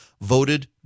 voted